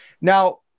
now